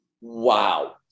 wow